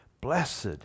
blessed